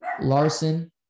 Larson